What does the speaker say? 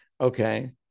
okay